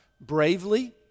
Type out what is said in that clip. bravely